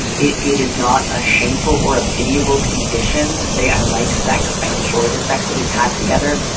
it it is not a shameful or a pitiable condition to say, i like sex. i enjoy the sex that we've had together.